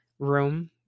room